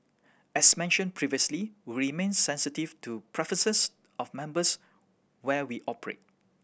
as mentioned previously remain sensitive to preferences of members where we operate